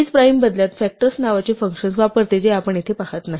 isprime बदल्यात factors नावाचे function वापरते जे आपण येथे पाहत नाही